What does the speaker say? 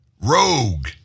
rogue